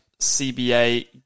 CBA